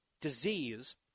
disease